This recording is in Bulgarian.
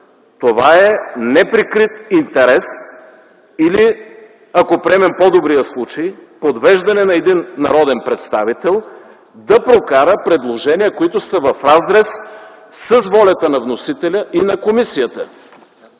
това е неприкрит интерес или, ако приемем по-добрия случай, подвеждане на един народен представител да прокара предложения, които са в разрез с волята на вносителя и на комисията.